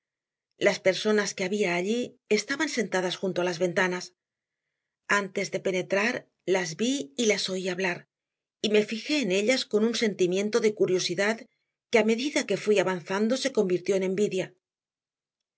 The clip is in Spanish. las personas que había allí estaban sentadas junto a las ventanas antes de penetrar las vi y las oí hablar y me fijé en ellas con un sentimiento de curiosidad que a medida que fui avanzando se convirtió en envidia